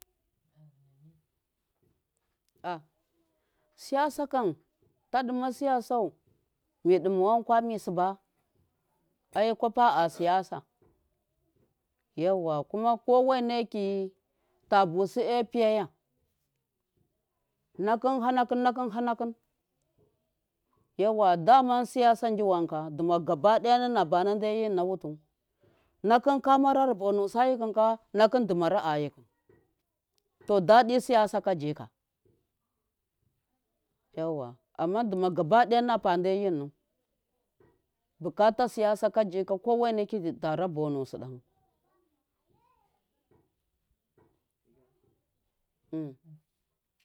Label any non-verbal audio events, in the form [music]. Ah siyasakam ta ɗimma siya sau midima wankwa mi siba aikwapa a siyasa kuma ko weneki tabusi eipiyaya na kun ha nakum yauwa dama siyasa ji wanka duma gabaɗiya na bana de yinna mutu nakhun kamara rabo nusi a yikhum ka ayikhun to daɗi siyasa kaji yauwa amma duma gaba ɗaya kowene di di tarabo nusi ɗahi. [noise]